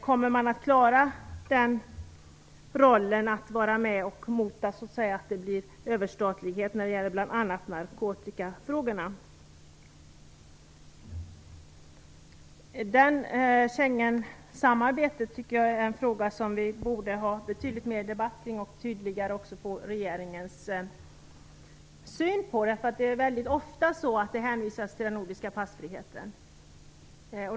Kommer man att klara rollen att vara med och motarbeta att det blir överstatlighet när det gäller bl.a. narkotikafrågorna? Schengensamarbetet tycker jag är en fråga som vi borde debattera betydligt mer och som vi tydligare borde få regeringens syn på. Det hänvisas väldigt ofta till den nordiska passfriheten.